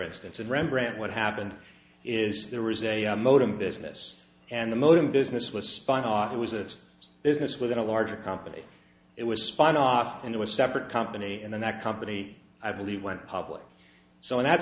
rembrandt what happened is there was a modem business and the modem business was spun off it was a business within a larger company it was spun off into a separate company and then that company i believe went public so in that